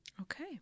Okay